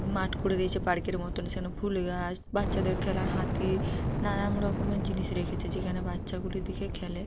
মাঠ করে দিয়েছে পার্কের মতোন সেখানে ফুল গাছ বাচ্চাদের খেলার হাতি নানান রকমের জিনিস রেখেছে যেখানে বাচ্চাগুলি দেখে খেলে